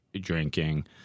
drinking